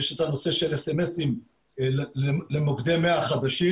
ויש את הנושא של סמסים למוקדי 100 החדשים.